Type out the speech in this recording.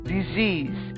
Disease